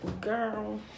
Girl